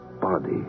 body